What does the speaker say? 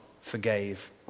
forgave